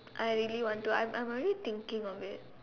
I really want to I'm I'm already thinking of it